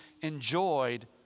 enjoyed